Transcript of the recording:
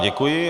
Děkuji.